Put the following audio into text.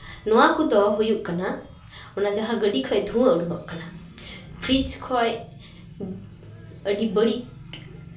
ᱱᱚᱣᱟ ᱠᱚᱫᱚ ᱦᱩᱭᱩᱜ ᱠᱟᱱᱟ ᱚᱱᱟ ᱡᱟᱦᱟᱸ ᱜᱟᱹᱰᱤ ᱠᱷᱚᱡ ᱫᱷᱩᱦᱟᱹ ᱩᱰᱩᱠᱚᱜ ᱠᱟᱱᱟ ᱯᱷᱨᱤᱡᱽ ᱠᱷᱚᱡ ᱟᱹᱰᱤ ᱵᱟᱹᱲᱤᱡ